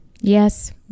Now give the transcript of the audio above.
Yes